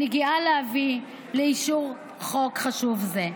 אני גאה להביא חוק חשוב זה לאישור.